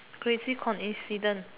crazy coincidence